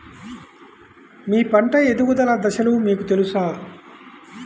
మీ పంట ఎదుగుదల దశలు మీకు తెలుసా?